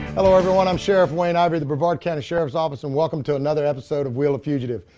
hello everyone, i'm sheriff wayne ivey of the brevard county sheriff's office and welcome to another episode of wheel of fugitive.